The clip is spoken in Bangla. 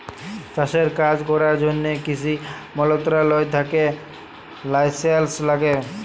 চাষের কাজ ক্যরার জ্যনহে কিসি মলত্রলালয় থ্যাকে লাইসেলস ল্যাগে